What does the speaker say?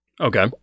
Okay